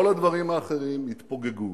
כל הדברים האחרים יתפוגגו.